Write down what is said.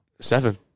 Seven